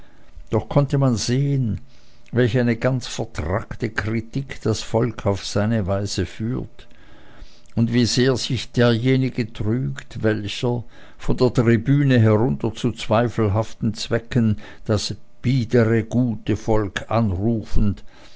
doch konnte man sehen welch eine ganz vertrackte kritik das volk auf seine weise führt und wie sehr sich derjenige trügt welcher von der tribüne herunter zu zweifelhaften zwecken das biedere gute volk anrufend